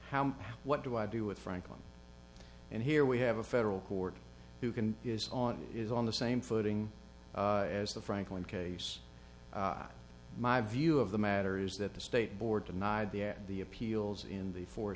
how what do i do with franklin and here we have a federal court who can is on is on the same footing as the franklin case my view of the matter is that the state board denied the at the appeals in the four